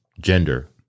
gender